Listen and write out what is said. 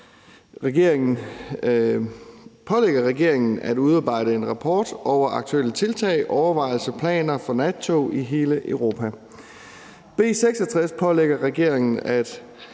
pålægger regeringen at udarbejde en rapport over aktuelle tiltag, overvejelser og planer for nattog i hele Europa. B 66 pålægger regeringen at